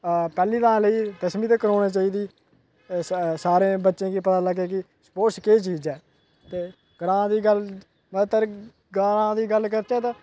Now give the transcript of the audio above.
पैह्ली गल्ल ऐ दसमीं तक्क होनी चाहिदी सारे बच्चें गी पता लग्गै कि स्पोर्टस केह् चीज ऐ ते ग्रांऽ दी गल्ल आना ग्रांऽ दी गल्ल करचै तां